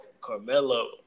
Carmelo